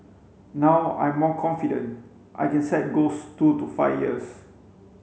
now I'm more confident I can set goals two to five years